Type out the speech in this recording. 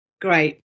Great